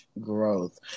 Growth